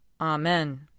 Amen